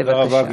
בבקשה.